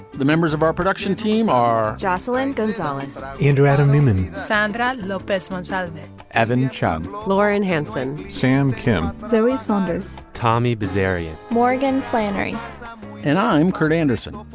the members of our production team are jocelyn gonzalez into adam newman. sandra lopez runs out of avenue chung lauren hansen. sam kim. zoe saunders tommy boy's area. morgan flannery and i'm kurt andersen.